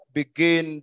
begin